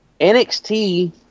NXT